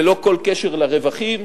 ללא כל קשר לרווחים